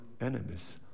enemies